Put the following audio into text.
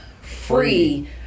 Free